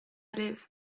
lèves